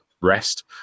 rest